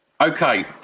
okay